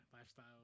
lifestyle